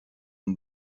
une